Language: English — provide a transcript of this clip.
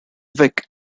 wick